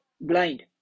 blind